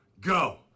go